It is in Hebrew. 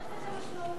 היה לך נאום מצוין,